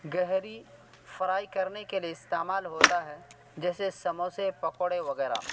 گہری فرائی کرنے کے لیے استعمال ہوتا ہے جیسے سموسے پکوڑے وغیرہ